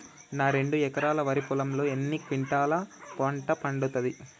నా రెండు ఎకరాల వరి పొలంలో ఎన్ని క్వింటాలా పంట పండుతది?